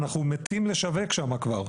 אנחנו מתים לשווק שם כבר.